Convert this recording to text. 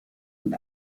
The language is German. und